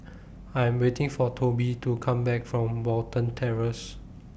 I Am waiting For Tobe to Come Back from Watten Terrace